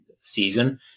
season